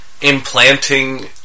implanting